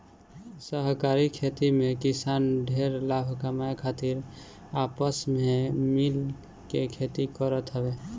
सहकारी खेती में किसान ढेर लाभ कमाए खातिर आपस में मिल के खेती करत हवे